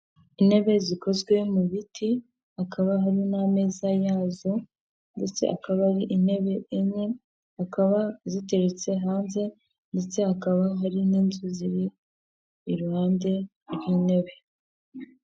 Intebe zikozwe mu biti, hakaba hari n'ameza yazo, ndetse akaba ari intebe enye, akaba ziturutse hanze, ndetse akaba hari n'inzu ziri iruhande rw'intebe.